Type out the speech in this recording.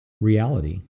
reality